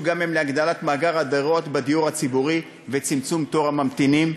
גם הם להגדלת מאגר הדירות בדיור הציבורי ולצמצום תור הממתינים,